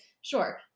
sure